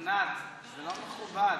ענת, נו, זה לא מכובד.